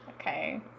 Okay